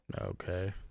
Okay